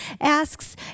asks